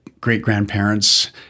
great-grandparents